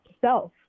self